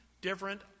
different